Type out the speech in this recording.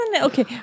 Okay